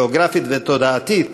גיאוגרפית ותודעתית,